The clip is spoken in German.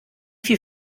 viel